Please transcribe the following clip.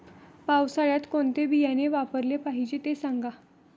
पावसाळ्यात कोणते बियाणे वापरले पाहिजे ते सांगा